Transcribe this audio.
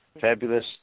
fabulous